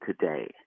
today